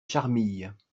charmilles